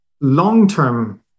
long-term